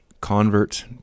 convert